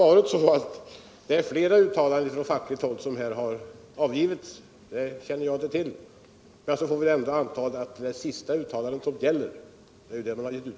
Huruvida det har gjorts fler uttalanden från fackligt håll känner jag inte till — vi får väl ändå anta att det är det sist gjorda uttalandet som gäller.